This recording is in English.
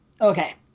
Okay